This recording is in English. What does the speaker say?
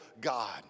God